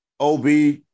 Ob